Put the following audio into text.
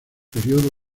período